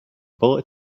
bullet